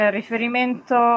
riferimento